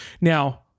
Now